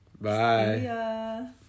Bye